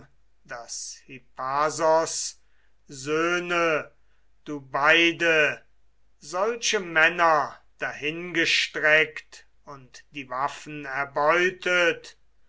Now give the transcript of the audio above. söhne du beide solche männer dahingestreckt und die waffen erbeutet